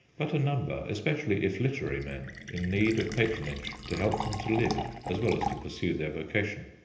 but a number, especially if literary men, in need of patronage to help them to live as well as to pursue their vocation.